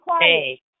Hey